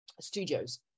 studios